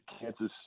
Kansas